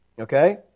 Okay